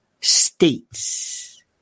states